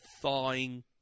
thawing